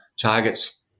targets